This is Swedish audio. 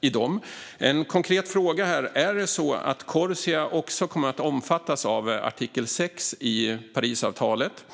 i dem. Jag har en konkret fråga. Är det så att även Corsia kommer att omfattas av artikel 6 i Parisavtalet?